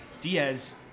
Diaz